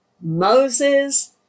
Moses